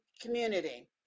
community